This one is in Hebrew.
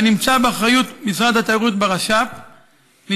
הנמצא באחריות משרד התיירות ברשות הפלסטינית,